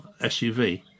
SUV